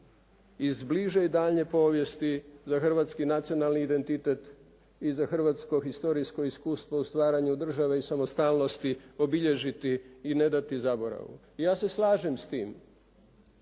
iz bliže i daljnje povijesti za hrvatski nacionalni identitet i za hrvatsko historijsko iskustvo o stvaranju države i samostalnosti obilježiti i ne dati zaboravu. Ja se slažem s tim.